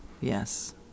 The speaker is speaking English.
Yes